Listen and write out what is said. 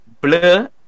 blur